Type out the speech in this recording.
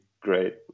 great